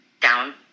down